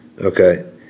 Okay